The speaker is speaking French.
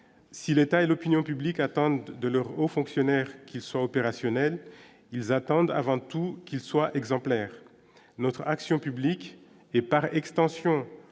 si l'État et l'opinion publique attendent de leur aux fonctionnaires qu'ils soient opérationnels, ils attendent avant tout qu'il soit exemplaire, notre action publique et, par extension,